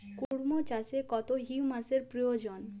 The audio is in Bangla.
কুড়মো চাষে কত হিউমাসের প্রয়োজন?